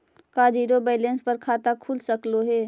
का zero balance पर खाता खुल सकले हे?